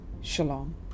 Shalom